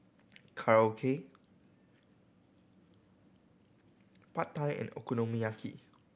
Korokke Pad Thai and Okonomiyaki